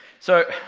so,